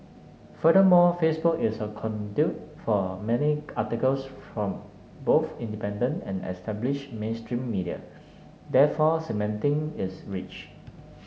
furthermore Facebook is a conduit for many articles from both independent and established mainstream media therefore cementing is reach